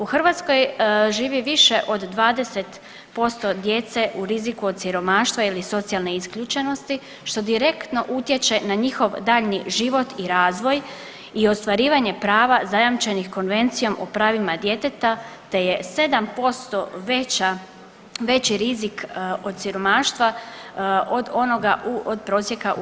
U Hrvatskoj živi više od 20% djece u riziku od siromaštva ili socijalne isključenosti što direktno utječe na njihov daljnji život i razvoj i ostvarivanje prava zajamčenih konvencijom o pravima djeteta te je 7% veći rizik od siromaštva od onoga od prosjeka u EU.